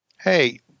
Hey